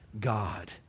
God